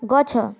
ଗଛ